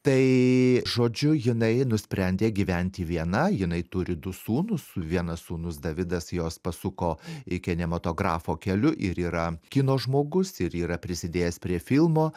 tai žodžiu jinai nusprendė gyventi viena jinai turi du sūnus su vienas sūnus davidas jos pasuko į kinematografo keliu ir yra kino žmogus ir yra prisidėjęs prie filmo